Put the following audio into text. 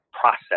process